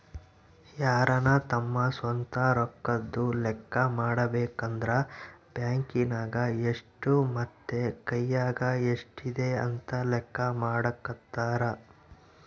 ಯಾರನ ತಮ್ಮ ಸ್ವಂತ ರೊಕ್ಕದ್ದು ಲೆಕ್ಕ ಮಾಡಬೇಕಂದ್ರ ಬ್ಯಾಂಕ್ ನಗ ಎಷ್ಟು ಮತ್ತೆ ಕೈಯಗ ಎಷ್ಟಿದೆ ಅಂತ ಲೆಕ್ಕ ಮಾಡಕಂತರಾ